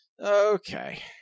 Okay